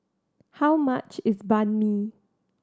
how much is Banh Mi